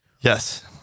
Yes